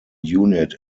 unit